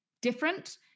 different